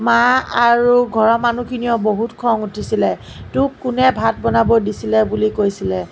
মা আৰু ঘৰৰ মানুহখিনিয়েও বহুত খং উঠিছিলে তোক কোনে ভাত বনাব দিছিলে বুলি কৈছিলে